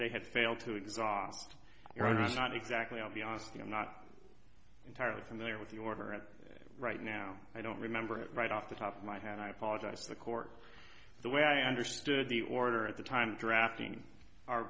they had failed to exhaust their own rights not exactly i'll be honest i'm not entirely familiar with the order and right now i don't remember right off the top of my head i apologized to the court the way i understood the order at the time drafting are